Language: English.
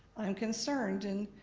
i'm concerned. and